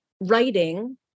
writing